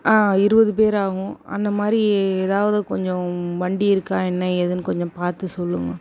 ஆ இருபது பேர் ஆகும் அந்தமாதிரி எதாவது கொஞ்சம் வண்டி இருக்கா என்ன ஏதுன்னு கொஞ்சம் பார்த்து சொல்லுங்கள்